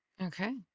Okay